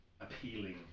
appealing